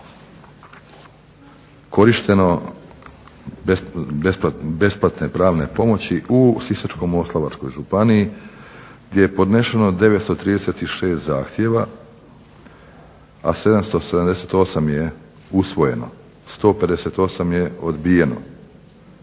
korišteno besplatne pravne pomoći u Sisačko-moslavačkoj županiji gdje je podneseno 936 zahtjeva, a 778 je usvojeno, 158 je odbijeno.